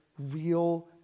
real